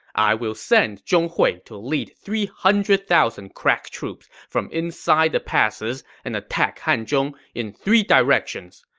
i will send zhong hui to lead three hundred thousand crack troops from inside the passes and attack hanzhong in three directions.